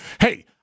Hey